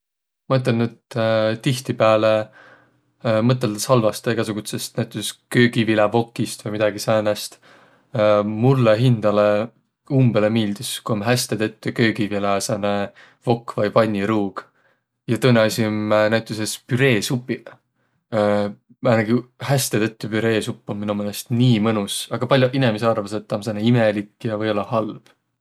Ma ütelnüq, et tihtipääle mõtõldas halvastõ egäsugutsõst näütüses köögivilävokist vai midägi säänest. Mullõ hindäle umbõlõ miildüs, ku om häste tettü köögivilä sääne vokk vai panniruug. Ja tõõnõ asi om näütüses püreesupiq. Määnegi häste tettü püreesupp om mino meelest nii mõnus.